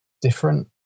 different